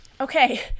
Okay